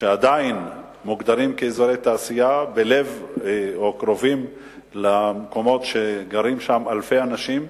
שעדיין מוגדרים כאזורי תעשייה והם קרובים למקומות שגרים בהם אלפי אנשים.